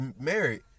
married